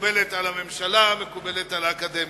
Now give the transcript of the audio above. מקובלת על הממשלה, מקובלת על האקדמיה.